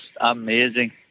amazing